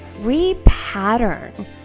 repattern